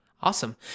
Awesome